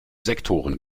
sektoren